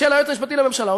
של היועץ המשפטי לממשלה,